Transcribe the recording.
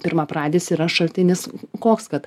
pirmapradis yra šaltinis koks kad